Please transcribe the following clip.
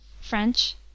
French